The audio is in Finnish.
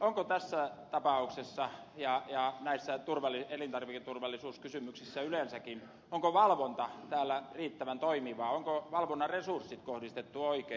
onko tässä tapauksessa ja näissä elintarviketurvallisuuskysymyksissä yleensäkin valvonta täällä riittävän toimivaa onko valvonnan resurssit kohdistettu oikein